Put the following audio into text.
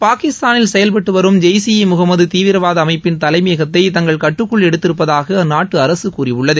பாகிஸ்தானில் செயல்பட்டு வரும் ஜெய்ஷ் இ முகமது தீவிரவாத அமைப்பின் தலைமையகத்தை தங்கள் கட்டுக்குள் எடுத்திருப்பதாக அந்நாட்டு அரசு கூறியுள்ளது